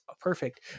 perfect